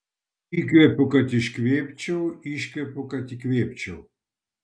įkvepiu kad iškvėpčiau iškvepiu kad įkvėpčiau